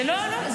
זה לא מתאים.